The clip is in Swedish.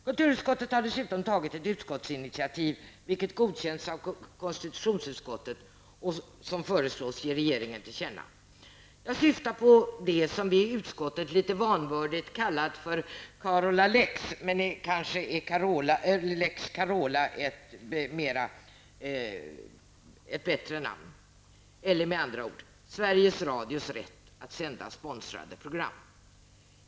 Kulturutskottet har dessutom tagit ett utskottsinitiativ, som godkänts av konstitutionsutskottet, vilket utskottet föreslår skall ges regeringen till känna. Jag syftar då på det som vi i utskottet litet vanvördigt kallar Carola lex -- men kanske är Lex Carola ett bättre namn. Med andra ord: Sveriges Radios rätt att sända sponsrade program.